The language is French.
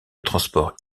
transport